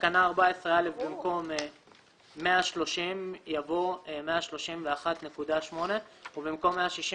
בתקנה 14א(א) במקום "130%" יבוא "131.8%" ובמקום "168"